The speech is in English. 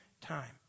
time